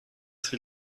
sri